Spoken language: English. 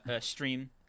stream